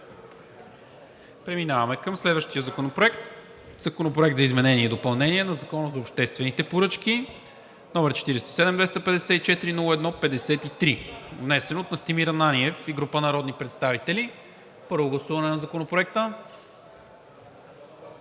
Преминаваме към следващия законопроект: Законопроект за изменение и допълнение на Закона за обществените поръчки, № 47-254-01-53, внесен от Настимир Ананиев и група народни представители – първо гласуване на Законопроекта.